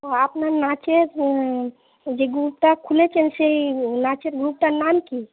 ও আপনার নাচের যে গ্রুপটা খুলেছেন সেই নাচের গ্রুপটার নাম কী